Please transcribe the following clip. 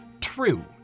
True